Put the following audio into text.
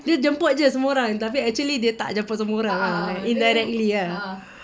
dia jemput jer semua orang tapi actually tak jemput semua orang indirectly lah